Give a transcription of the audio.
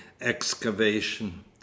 excavation